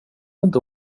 inte